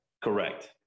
Correct